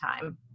time